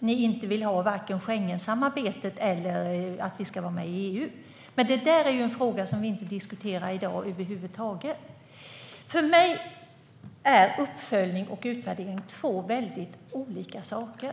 vill ju inte heller ha vare sig Schengensamarbetet eller ett medlemskap i EU, men det är en fråga som vi inte diskuterar i dag över huvud taget. För mig är uppföljning och utvärdering två olika saker.